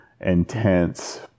intense